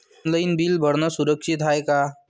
Online bill भरनं सुरक्षित हाय का?